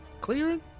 clearing